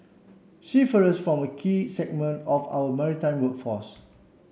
seafarers form a key segment of our maritime workforce